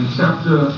chapter